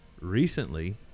Recently